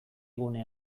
gune